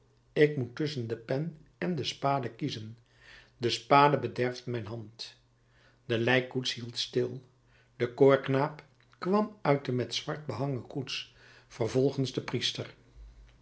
ik moet tusschen de pen en de spade kiezen de spade bederft mijn hand de lijkkoets hield stil de koorknaap kwam uit de met zwart behangen koets vervolgens de priester